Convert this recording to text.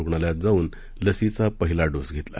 रुग्णालयात जाऊन लसीचा पहिला डोस घेतला